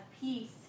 peace